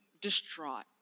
distraught